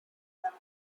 ground